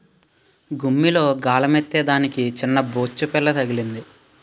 గుమ్మిలో గాలమేత్తే దానికి సిన్నబొచ్చుపిల్ల తగిలింది